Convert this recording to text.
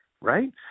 right